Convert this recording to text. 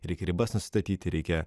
reikia ribas nusistatyti reikia